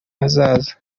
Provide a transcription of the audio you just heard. hazaza